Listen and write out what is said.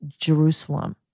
Jerusalem